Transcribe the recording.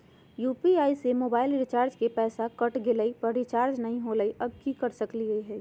UPI से mobile recharge करे में पैसा कट गेलई, पर रिचार्ज नई होलई, अब की कर सकली हई?